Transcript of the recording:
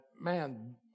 man